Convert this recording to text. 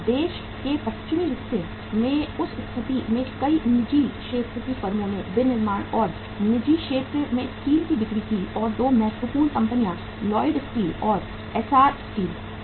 देश के पश्चिमी हिस्से में उस स्थिति में कई निजी क्षेत्र की फर्मों ने विनिर्माण और निजी क्षेत्र में स्टील की बिक्री की और 2 महत्वपूर्ण कंपनियां लॉयड स्टील और एस्सार स्टील थीं